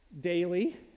daily